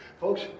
Folks